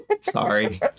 Sorry